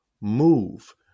move